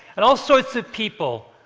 and all sorts of people,